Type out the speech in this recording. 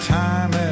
time